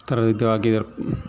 ಆ ಥರ ಇದು ಆಗಿದೆ